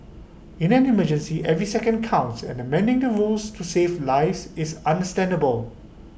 in an emergency every second counts and amending the rules to save lives is understandable